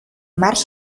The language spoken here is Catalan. març